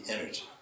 energy